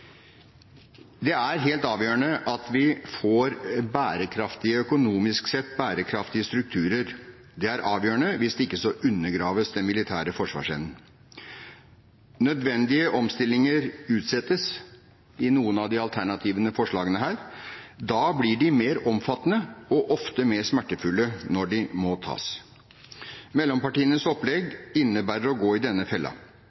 Det er helt avgjørende at vi får økonomisk sett bærekraftige strukturer. Hvis ikke undergraves den militære forsvarsevnen. Nødvendige omstillinger utsettes i noen av de alternative forslagene her. Da blir de mer omfattende, og ofte mer smertefulle, når de må tas. Mellompartienes opplegg innebærer å gå i denne fella.